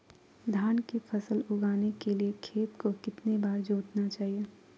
धान की फसल उगाने के लिए खेत को कितने बार जोतना चाइए?